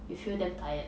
you feel damn tired